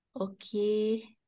Okay